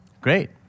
Great